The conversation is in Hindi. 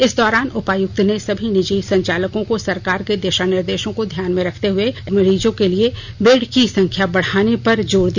इस दौरान उपायुक्त ने सभी निजी संचालकों को सरकार के दिशा निर्देशों को ध्यान में रखते हए एसिप्टोमेटिक मरीजों के लिए बेड की संख्या बढ़ाने पर जोर दिया